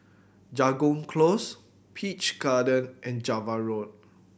Jago Close Peach Garden and Java Road